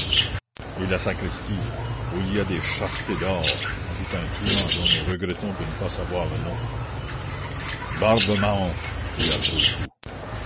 et la sacristie où il y a des charretées d'or ajouta un truand dont nous regrettons de ne pas savoir le nom barbe mahom cria trouillefou